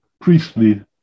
priestly